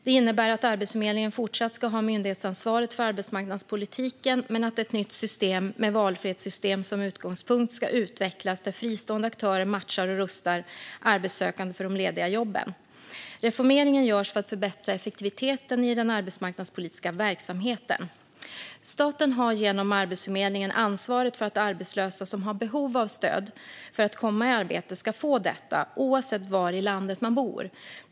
Det innebär att Arbetsförmedlingen fortsatt ska ha myndighetsansvaret för arbetsmarknadspolitiken men att ett nytt system, med valfrihetssystem som utgångspunkt, ska utvecklas där fristående aktörer matchar och rustar arbetssökande för de lediga jobben. Reformeringen görs för att förbättra effektiviteten i den arbetsmarknadspolitiska verksamheten. Staten har genom Arbetsförmedlingen ansvaret för att arbetslösa som har behov av stöd för att komma i arbete ska få detta oavsett var i landet man bor.